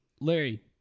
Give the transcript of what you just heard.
Larry